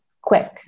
quick